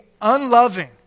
unloving